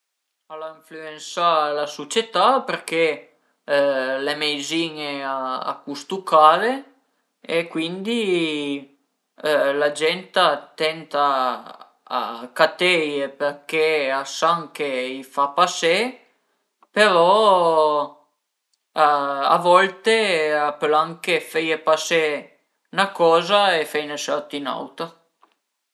Al a influensà la sucietà perché le meizin-e a custu care e cuindi la gent a tent a cateie perché a san che a i fa pasé, però a volte a pöl anche feie pasé 'na coza e feine sorti ün'auta